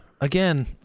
again